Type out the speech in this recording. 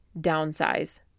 downsize